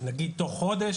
נגיד תוך חודש,